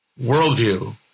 worldview